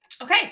Okay